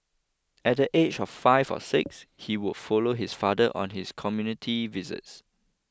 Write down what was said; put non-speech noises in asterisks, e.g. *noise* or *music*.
at the age of five or six *noise* he would follow his father on his community visits